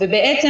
בעצם,